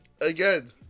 again